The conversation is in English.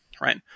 right